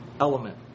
element